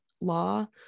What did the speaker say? law